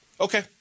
Okay